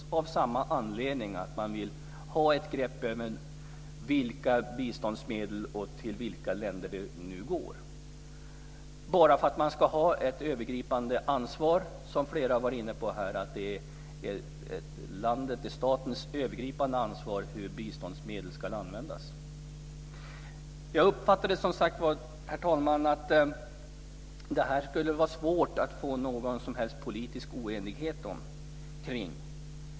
Det görs av samma anledning, dvs. att man vill ha ett grepp över vilka biståndsmedel som finns och till vilka länder de går så att man ska ha ett övergripande ansvar. Flera talare har varit inne på att det är statens övergripande ansvar hur biståndsmedel ska användas. Herr talman! Jag uppfattade att det skulle vara svårt att få någon som helst politisk oenighet kring detta.